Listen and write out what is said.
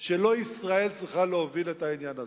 שלא ישראל צריכה להוביל את העניין הזה.